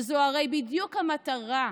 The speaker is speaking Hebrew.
שזו הרי בדיוק המטרה.